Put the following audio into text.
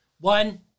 one